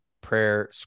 prayer